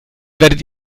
werdet